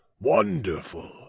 Wonderful